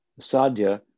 sadhya